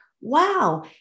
wow